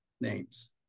names